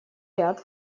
ряд